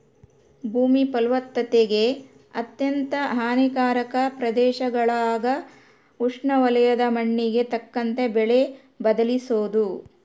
ಭೂಮಿ ಫಲವತ್ತತೆಗೆ ಅತ್ಯಂತ ಹಾನಿಕಾರಕ ಪ್ರದೇಶಗುಳಾಗ ಉಷ್ಣವಲಯದ ಮಣ್ಣಿಗೆ ತಕ್ಕಂತೆ ಬೆಳೆ ಬದಲಿಸೋದು